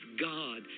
God